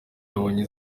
yabonye